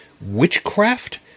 witchcraft